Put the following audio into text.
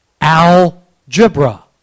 algebra